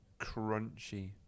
crunchy